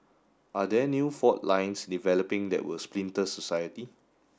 are there new fault lines developing that will splinter society